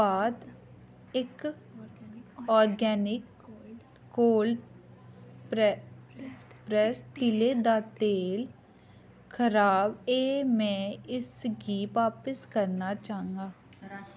उत्पाद इक organic cold pressed तिलें दा तेल खराब ऐ में इसगी बापस करना चाह्न्नां